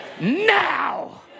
Now